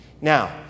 Now